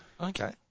Okay